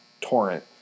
torrent